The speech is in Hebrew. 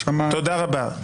תודה רבה.